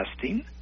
testing